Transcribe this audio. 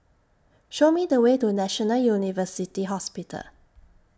Show Me The Way to National University Hospital